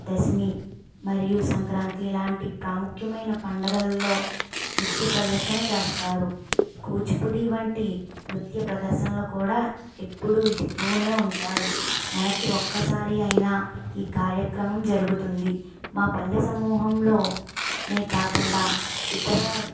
దశమి మరియు సంక్రాంతి లాంటి ప్రాముఖ్యమైన పండుగల్లో నృత్య ప్రదర్శన చేస్తారు కూచిపూడి వంటి నృత్య ప్రదర్శనలు కూడా ఎప్పుడు ఇస్తూనే ఉంటారు నెలకి ఒక్కసారి అయినా ఈ కార్యక్రమం జరుగుతుంది మా పల్లె సమూహంలోనే కాకుండా ఇతర